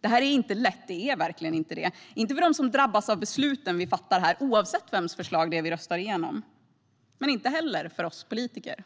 Det här är inte lätt; det är verkligen inte det - inte för dem som drabbas av besluten vi fattar här, oavsett vems förslag vi röstar igenom, och inte heller för oss politiker.